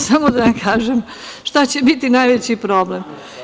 Samo da vam kažem šta će biti najveći problem.